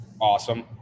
awesome